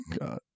god